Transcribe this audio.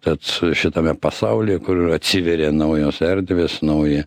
tad šitame pasaulyje kur atsiveria naujos erdvės nauji